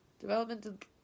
Development